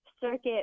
circuit